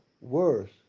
worse